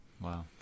Wow